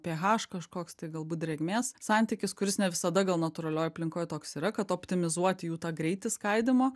pė haš kažkoks tai galbūt drėgmės santykis kuris ne visada gal natūralioj aplinkoj toks yra kad optimizuoti jų tą greitį skaidymo